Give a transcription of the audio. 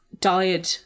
died